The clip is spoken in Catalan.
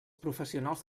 professionals